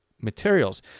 materials